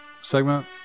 segment